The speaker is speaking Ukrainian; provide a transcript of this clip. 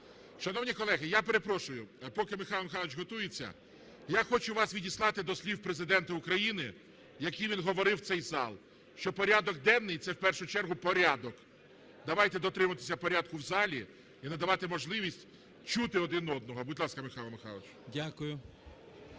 Шановні колеги, я перепрошую, поки Михайло Михайлович готується, я хочу вас відіслати до слів Президента України, які він говорив в цій залі, що порядок денний – це в першу чергу порядок. Давайте дотримуватися порядку в залі і надавати можливість чути один одного. Будь ласка, Михайло Михайлович.